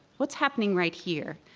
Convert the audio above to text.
what's happening right here,